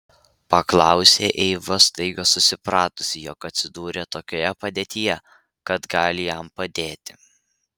paklausė eiva staiga susipratusi jog atsidūrė tokioje padėtyje kad gali jam padėti